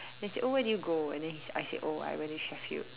then he said oh where did you go and then he I said oh I went to Sheffield